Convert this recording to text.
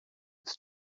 its